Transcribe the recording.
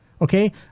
Okay